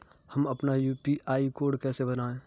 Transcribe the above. हम अपना UPI code कैसे बनाएँ?